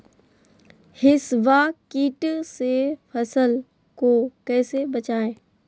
हिसबा किट से फसल को कैसे बचाए?